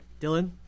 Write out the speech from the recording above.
Dylan